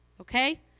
okay